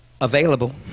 Available